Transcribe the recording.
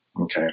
Okay